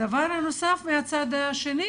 הדבר הנוסף מהצד השני,